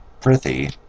prithee